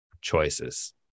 choices